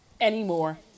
anymore